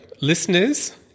Listeners